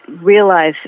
realize